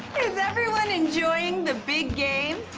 is everyone enjoying the big game?